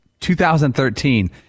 2013